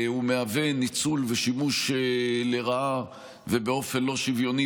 הוא מהווה ניצול ושימוש לרעה ובאופן לא שוויוני